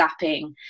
zapping